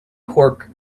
cork